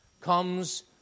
comes